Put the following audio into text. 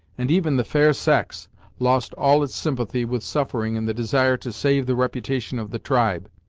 and even the fair sex lost all its sympathy with suffering in the desire to save the reputation of the tribe.